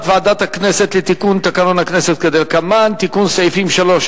ועדת הכנסת לתיקון תקנון הכנסת כדלקמן: תיקון סעיפים 3,